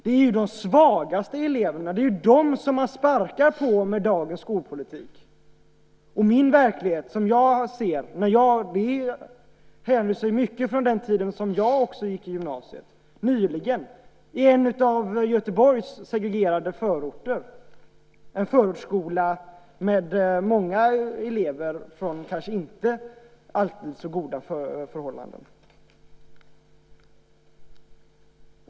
Det är ju de svagaste eleverna som man sparkar på med dagens skolpolitik. Den verklighet som jag ser handlar också mycket om den tid då jag gick på gymnasiet - nyligen, i en av Göteborgs segregerade förorter, i en förortsskola med många elever från kanske inte alltid så goda förhållanden.